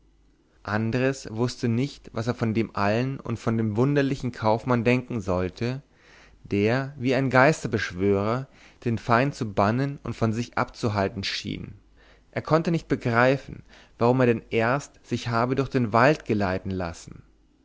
andres wußte nicht was er von dem allen und von dem wunderlichen kaufmann denken sollte der wie ein geisterbeschwörer den feind zu bannen und von sich abzuhalten schien er konnte nicht begreifen warum er denn erst sich habe durch den wald geleiten lassen